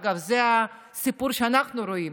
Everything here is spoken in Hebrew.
אגב, זה הסיפור שאנחנו רואים